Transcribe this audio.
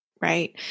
Right